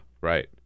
Right